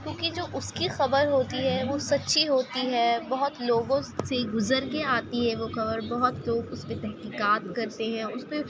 کیونکہ جو اس کی خبر ہوتی ہے وہ سّچی ہوتی ہے بہت لوگوں سے گزر کے آتی ہے وہ خبر بہت لوگ اس پہ تحقیقات کرتے ہیں اس پہ